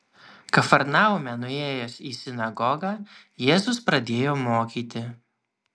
kafarnaume nuėjęs į sinagogą jėzus pradėjo mokyti